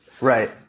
Right